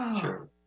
Sure